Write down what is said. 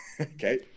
Okay